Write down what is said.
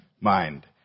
mind